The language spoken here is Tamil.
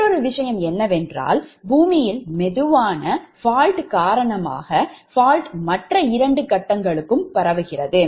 மற்றொரு விஷயம் என்னவென்றால் பூமியில் மெதுவான fault காரணமாக fault மற்ற இரண்டு கட்டங்களுக்கும் பரவுகிறது